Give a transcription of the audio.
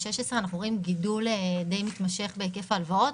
אנחנו רואים גידול די מתמשך בהיקף ההלוואות,